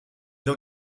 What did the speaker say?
dans